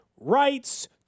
rights